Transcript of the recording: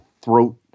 throat